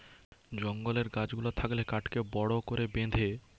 জঙ্গলের গাছ গুলা থাকলে কাঠকে বড় করে বেঁধে